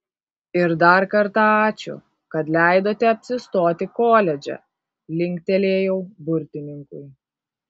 ir dar kartą ačiū kad leidote apsistoti koledže linktelėjau burtininkui